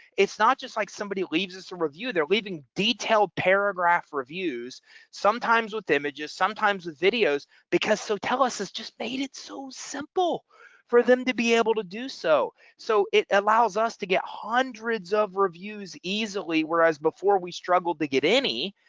it's not just like somebody leaves us a review there leaving detailed paragraph reviews sometimes with images sometimes with videos because sotellus is just made it so simple for them to be able to do so. so it allows us to get hundreds of reviews easily whereas before we struggled to get any.